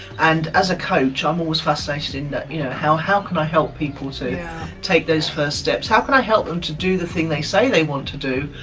and as a coach, i'm always fascinated in that, you know, how how can i help people to yeah take those first steps? how can i help them to do the thing they say they want to do,